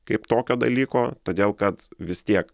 kaip tokio dalyko todėl kad vis tiek